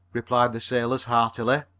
replied the sailors heartily.